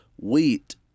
wheat